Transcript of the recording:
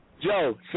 Joe